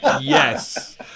yes